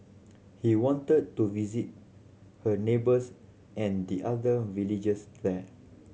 he wanted to visit her neighbours and the other villagers there